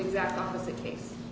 exact opposite case